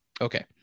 Okay